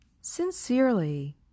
sincerely